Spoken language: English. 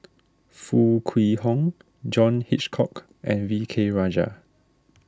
Foo Kwee Horng John Hitchcock and V K Rajah